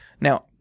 Now